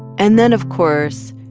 and then, of course,